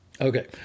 Okay